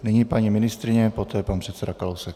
Nyní paní ministryně, poté pan předseda Kalousek.